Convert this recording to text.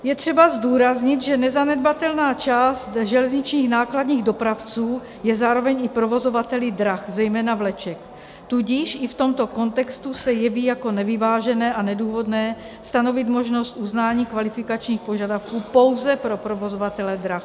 Je třeba zdůraznit, že nezanedbatelná část železničních nákladních dopravců je zároveň i provozovateli drah, zejména vleček, tudíž i v tomto kontextu se jeví jako nevyvážené a nedůvodné stanovit možnost uznání kvalifikačních požadavků pouze pro provozovatele drah.